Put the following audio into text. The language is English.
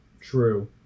true